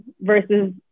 versus